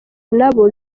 nabo